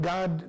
God